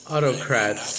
Autocrats